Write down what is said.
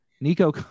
Nico